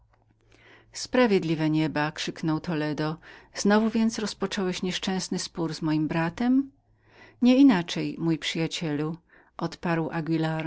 sprawiedliwe nieba krzyknął toledo znowu więc rozpocząłeś ową nieszczęsną kłótnię z moim bratem nieinaczej mój przyjacielu odparł anguilar